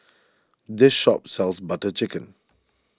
this shop sells Butter Chicken